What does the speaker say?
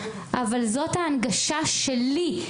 זאת ההנגשה שלי.